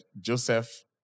Joseph